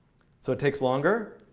so it takes longer.